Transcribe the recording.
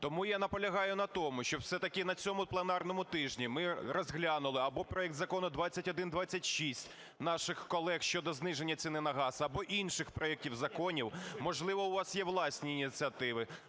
Тому я наполягаю на тому, щоб все-таки на цьому пленарному тижні ми розглянули або проект Закону 2126 наших колег щодо зниження ціни на газ, або інші проекти законів, можливо, у вас є власні ініціативи,